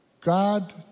God